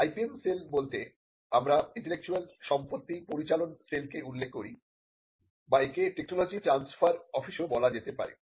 IPM cell বলতে আমরা intellectual property ত্তি পরিচালন সেলকে উল্লেখ করি বা একে টেকনোলজি ট্রানস্ফার অফিসও বলা যেতে পারে